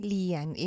Lian